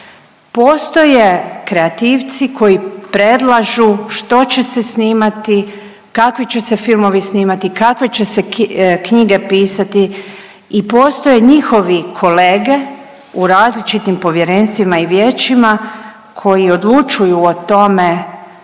postoje kreativci koji predlažu što će se snimati, kakvi će se filmovi snimati, kakve će se knjige pisati i postoje njihovi kolege u različitim povjerenstvima i vijećima koji odlučuju o tome